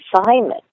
assignment